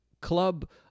club